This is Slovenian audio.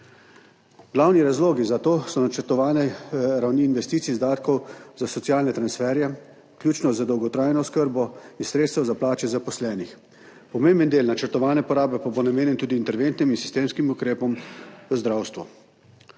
Glavni razlogi za to so načrtovane ravni investicij, izdatkov za socialne transferje, vključno z dolgotrajno oskrbo, iz sredstev za plače zaposlenih. Pomemben del načrtovane porabe pa bo namenjen tudi interventnim in sistemskim ukrepom v zdravstvu.